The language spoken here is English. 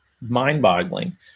mind-boggling